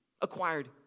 acquired